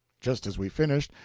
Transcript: just as we finished,